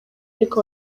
ariko